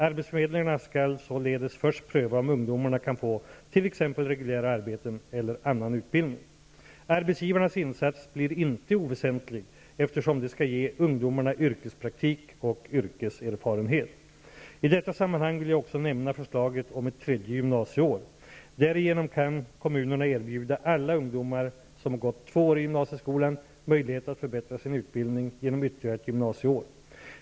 Arbetsförmedlarna skall således först pröva om ungdomarna kan få t.ex. reguljära arbeten eller annan utbildning. Arbetsgivarnas insats blir inte oväsentlig, eftersom de skall ge ungdomar yrkespraktik och yrkeserfarenhet. I detta sammanhang vill jag också nämna förslaget om ett tredje gymnasieår. Därigenom kan kommunerna erbjuda alla ungdomar som har gått två år i gymnasieskolan möjlighet att förbättra sin utbildning genom ytterligare ett gymnasieår.